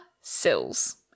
sills